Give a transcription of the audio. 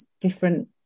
different